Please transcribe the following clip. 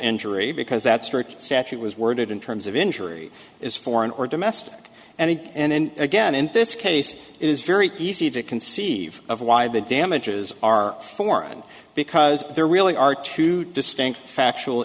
injury because that strict statute was worded in terms of injury is foreign or domestic and again in this case it is very easy to conceive of why the damages are foreign because there really are two distinct factual